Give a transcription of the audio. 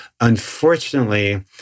Unfortunately